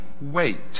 wait